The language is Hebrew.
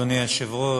אדוני היושב-ראש,